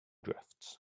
drifts